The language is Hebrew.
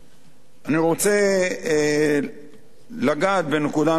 אני רוצה לגעת בנקודה נוספת,